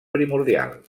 primordial